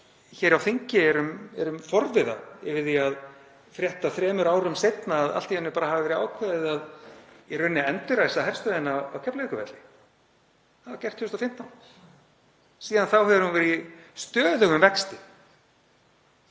hér á þingi erum forviða yfir því að frétta, þremur árum seinna, að allt í einu hafi bara verið ákveðið að endurræsa í raun herstöðina á Keflavíkurvelli. Það var gert 2015 og síðan þá hefur hún verið í stöðugum vexti.